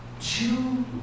two